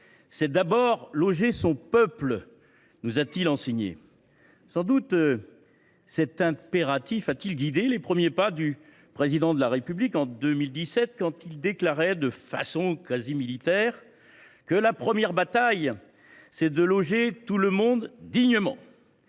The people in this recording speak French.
c’est d’abord loger son peuple », nous a t il enseigné. Sans doute cet impératif a t il guidé les premiers pas du Président de la République en 2017, quand il déclarait de façon quasi militaire que « la première bataille, c’est de loger tout le monde dignement